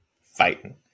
fighting